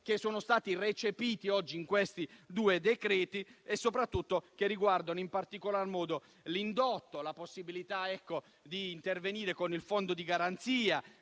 che sono stati recepiti oggi in questi due decreti e che riguardano, in particolar modo, l'indotto, la possibilità di intervenire con il fondo di garanzia,